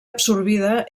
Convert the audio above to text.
absorbida